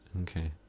Okay